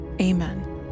Amen